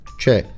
c'è